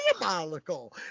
Diabolical